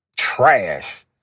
Trash